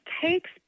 takes